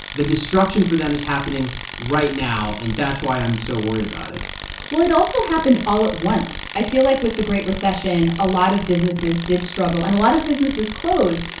the destruction for them is happening right now, and that's why i'm so worried about it well, it also happened all at once. i feel like with the great recession, a lot of businesses did struggle and a lot of businesses closed,